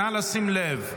נא לשים לב.